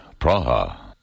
Praha